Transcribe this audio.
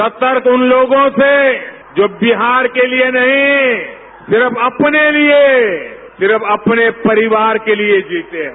सतर्क उन लोगों से जो बिहार के लिए नहीं सिर्फ अपने लिए सिर्फ अपने परिवार के लिए जीते हैं